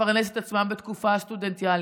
לפרנס את עצמם בתקופה הסטודנטיאלית,